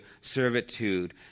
servitude